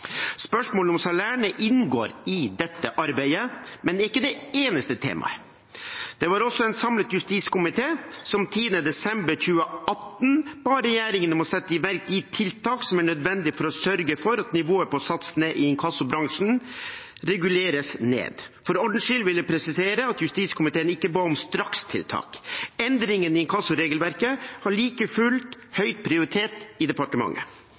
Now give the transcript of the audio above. Spørsmålet om salærene inngår i dette arbeidet, men det er ikke det eneste temaet. Det var også en samlet justiskomité som 10. desember 2018 ba regjeringen om å sette i verk de tiltak som er nødvendige for å sørge for at nivået på satsene i inkassobransjen reguleres ned. For ordens skyld vil jeg presisere at justiskomiteen ikke ba om strakstiltak. Endringen i inkassoregelverket har like fullt høy prioritet i departementet.